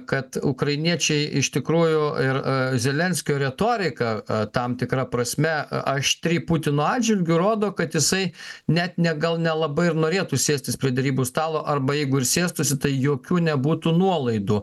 kad ukrainiečiai iš tikrųjų ir zelenskio retorika tam tikra prasme aštri putino atžvilgiu rodo kad jisai net ne gal nelabai ir norėtų sėstis prie derybų stalo arba jeigu ir sėstųsi tai jokių nebūtų nuolaidų